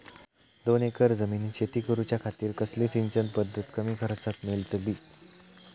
दोन एकर जमिनीत शेती करूच्या खातीर कसली सिंचन पध्दत कमी खर्चात मेलतली?